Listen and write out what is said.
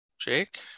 Jake